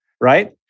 Right